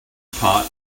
pot